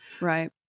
Right